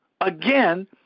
again